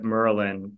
Merlin